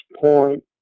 Point